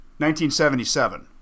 1977